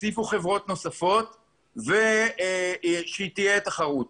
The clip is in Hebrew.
תוסיפו עוד חברות ושתהיה תחרות.